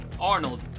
Arnold